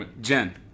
Jen